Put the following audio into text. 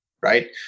Right